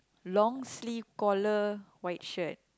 long sleeve collar white shirt